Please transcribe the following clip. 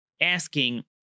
asking